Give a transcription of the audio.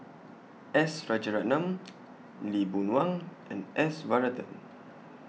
S Rajaratnam Lee Boon Wang and S Varathan